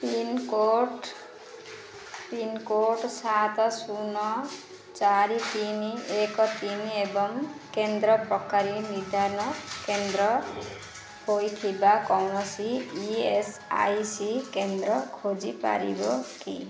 pincode pincode ସାତ ଶୂନ ଚାରି ତିନି ଏକ ତିନି ଏବଂ କେନ୍ଦ୍ର ପ୍ରକାର ନିଦାନ କେନ୍ଦ୍ର ହୋଇଥିବା କୌଣସି ଇ ଏସ୍ ଆଇ ସି କେନ୍ଦ୍ର ଖୋଜିପାରିବ କି